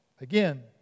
Again